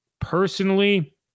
personally